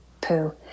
poo